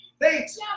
Thanks